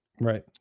Right